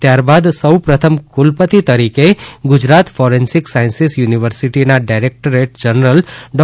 ત્યારબાદ સૌ પ્રથમ કુલપતિ તરીકે ગુજરાત ફોરેન્સિક સાયન્સીસ યુનિવર્સિટીના ડાયરેક્ટર જનરલ ડૉ